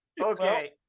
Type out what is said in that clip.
Okay